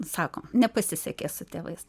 sakom nepasisekė su tėvais